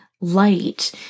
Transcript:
light